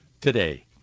today